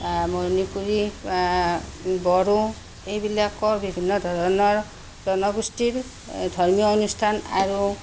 মণিপুৰী বড়ো এইবিলাকৰ বিভিন্ন ধৰণৰ জনগোষ্ঠীৰ ধৰ্মীয় অনুষ্ঠান আৰু